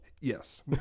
Yes